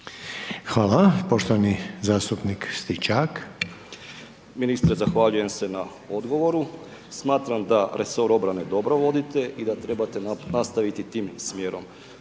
Stričak. **Stričak, Anđelko (HDZ)** Ministre zahvaljujem se na odgovoru. Smatram da resor obrane dobro vodite i da trebate nastaviti tim smjerom.